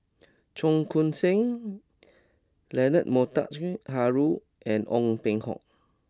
Cheong Koon Seng Leonard Montague Harrod and Ong Peng Hock